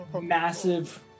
massive